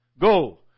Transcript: Go